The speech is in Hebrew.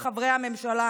חברי הממשלה.